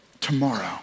tomorrow